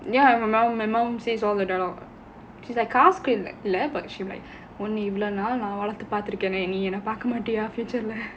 ya my mom my mom says all the dialogue because காசுக்கு இல்ல:kaasukku illa but she like உன்ன இவ்ளோ நாள் நான் வளர்த்து பார்த்துருக்கேனே நீ என்ன பார்க்க மாட்டியா:unna ivlo naal naan valarthu paarthurukkaenae nee enna paarkka maattiyaa future leh